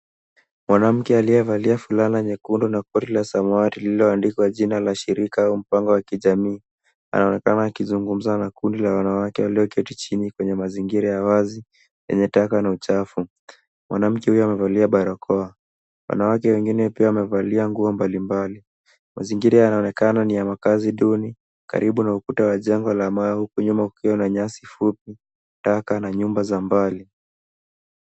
Mwanamke aliyevalia fulana nyekundu na koti la samawati lililoandikwa jina la shirika au mpango wa kijamii anaonekana akizungumza na kundi la wanawakewaliyoketi chini kwenye mazingira ya wazi yenye taka na uchafu. Mwanamke huyu amevali barakoa. Wanawake wengine pia wamevalia nguo mbalimbali. Mazingira yanaonekana ni ya makazi duni karibu na ukuta wa jengo la mawe huku nyuma kukiwa na nyasi fupi, taka na nyumba za mbali.